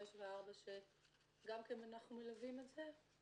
5 ו -4 שגם כן אנחנו מלווים את זה,